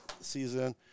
season